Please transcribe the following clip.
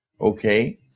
Okay